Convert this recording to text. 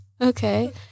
Okay